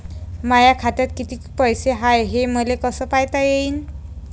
माया खात्यात कितीक पैसे हाय, हे मले कस पायता येईन?